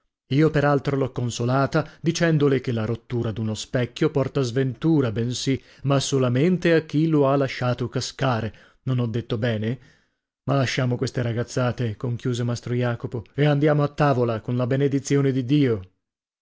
io per altro l'ho consolata dicendole che la rottura d'uno specchio porta sventura bensì ma solamente a chi lo ha lasciato cascare non ho detto bene ma lasciamo queste ragazzate conchiuse mastro jacopo e andiamo a tavola con la benedizione di dio